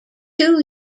two